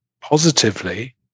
positively